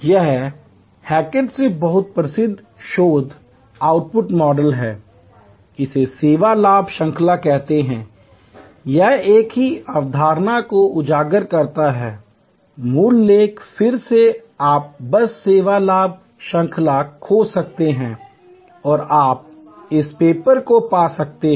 यह हैकेट से एक बहुत प्रसिद्ध शोध आउटपुट मॉडल है इसे सेवा लाभ श्रृंखला कहते हैं यह एक ही अवधारणा को उजागर करता है मूल लेख फिर से आप बस सेवा लाभ श्रृंखला खोज सकते हैं और आप इस पेपर को पा सकते हैं